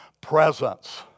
presence—